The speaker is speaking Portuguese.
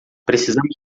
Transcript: precisamos